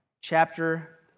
chapter